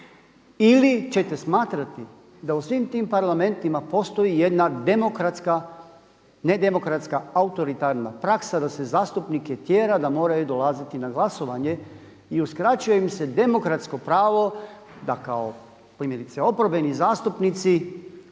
Ili ćete smatrati da u svim tim parlamentima postoji jedna demokratska, nedemokratska autoritarna praksa da se zastupnike tjera da moraju dolaziti na glasovanje i uskraćuje im se demokratsko pravo da kao primjerice oporbeni zastupnici